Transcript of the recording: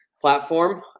platform